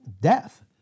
death